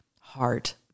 heart